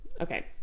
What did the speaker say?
Okay